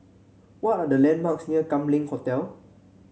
what are the landmarks near Kam Leng Hotel